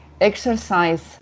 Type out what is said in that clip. exercise